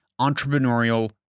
Entrepreneurial